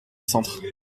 centre